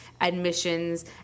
admissions